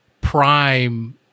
prime